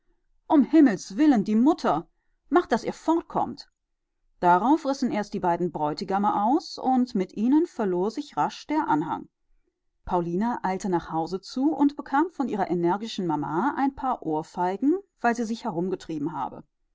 um himmels willen die mutter macht daß ihr fortkommt drauf rissen erst die beiden bräutigame aus und mit ihnen verlor sich rasch ihr anhang pauline eilte nach hause zu und bekam von ihrer energischen mama ein paar ohrfeigen weil sie sich herumgetrieben habe